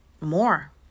more